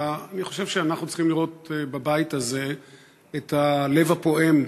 אלא אני חושב שאנחנו צריכים לראות בבית הזה את הלב הפועם